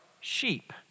Sheep